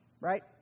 right